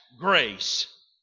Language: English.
grace